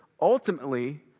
ultimately